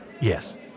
Yes